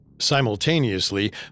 Simultaneously